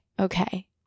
okay